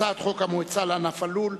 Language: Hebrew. הצעת חוק המועצה לענף הלול,